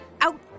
out